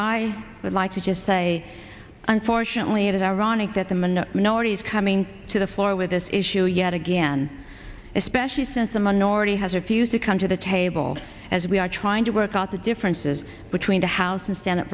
would like to just say unfortunately it is ironic that the minute nobody's coming to the floor with this issue yet again especially since the minority has refused to come to the table as we are trying to work out the differences between the house